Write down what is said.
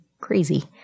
crazy